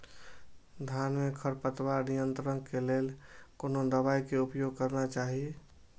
धान में खरपतवार नियंत्रण के लेल कोनो दवाई के उपयोग करना चाही?